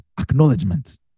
acknowledgement